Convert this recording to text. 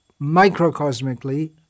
microcosmically